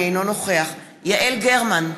אינו נוכח יעל גרמן,